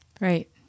Right